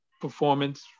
performance